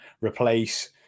replace